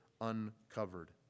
uncovered